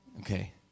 Okay